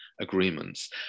agreements